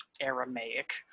Aramaic